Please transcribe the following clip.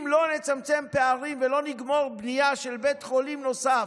אם לא נצמצם פערים ולא נגרור בנייה של בית חולים נוסף,